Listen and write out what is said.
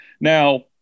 Now